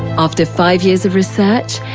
after five years of research,